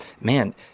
man